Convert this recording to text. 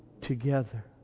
together